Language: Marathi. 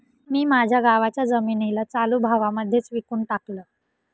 मी माझ्या गावाच्या जमिनीला चालू भावा मध्येच विकून टाकलं